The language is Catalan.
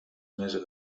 més